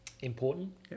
important